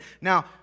Now